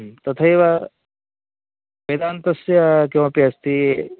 तथैव वेदान्तस्य किमपि अस्ति